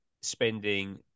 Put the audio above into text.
spending